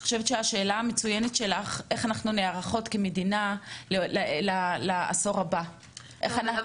אני חושבת שהשאלה שלך איך אנחנו נערכות כמדינה לעשור הבא היא מצוינת.